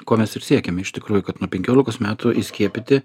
ko mes ir siekiam iš tikrųjų kad nuo penkiolikos metų įskiepyti